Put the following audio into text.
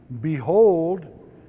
Behold